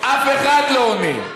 אף אחד לא עונה.